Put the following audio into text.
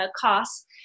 costs